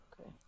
Okay